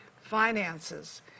finances